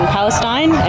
Palestine